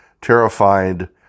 terrified